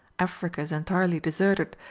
africa is entirely deserted,